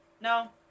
No